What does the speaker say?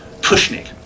Pushnik